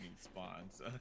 spawns